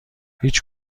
هیچ